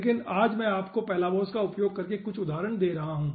लेकिन आज मैं आपको Palabos का उपयोग करके कुछ उदाहरण दे रहा हूं